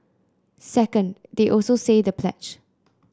second they also say the pledge